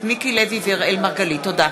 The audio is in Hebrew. תודה.